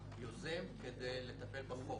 יוזם כדי לטפל בחוב.